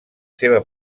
seva